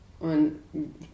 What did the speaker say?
on